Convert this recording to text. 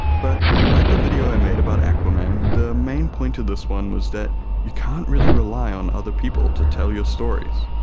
but like the video i made about aquaman, the main point of this one was that you can't really rely on other people to tell your stories,